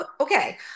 Okay